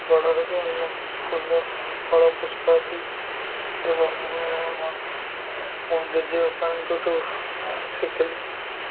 ବଡ଼ ହେବ ଏବଂ ଫୁଲ ଫଳ ପୁଷ୍ପ ଆଦି ଦେବ ମୁଁ ଏହା ଆମ ଜେଜେ ବାପାଙ୍କ ଠୁ ଶିଖିଲି